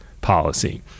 policy